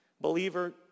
believer